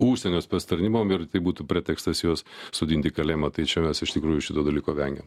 užsienio spec tarnybom ir tai būtų pretekstas juos sodint į kalėjimą tai čia mes iš tikrųjų šito dalyko vengiam